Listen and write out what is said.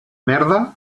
merda